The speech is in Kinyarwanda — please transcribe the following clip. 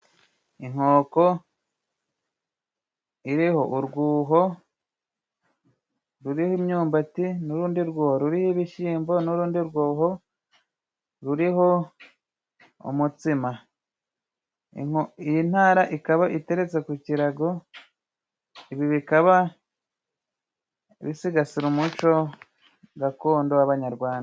Inkoko iriho urwuho ruriho imyumbati, n'urundi rwuho ruriho ibishyimbo, n'urundi rwuho ruriho umutsima. Iyi ntara ikaba iteretse ku ikirago, ibi bikaba bisigasira umuco gakondo w'abanyarwanda.